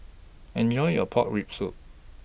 Enjoy your Pork Rib Soup